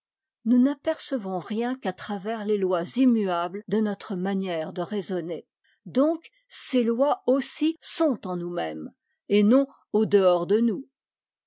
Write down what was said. nous n'apercevons rien qu'à travers les lois immuables de notre manière de raisonner donc ces lois aussi sont en nous-mêmes et non au dehors de nous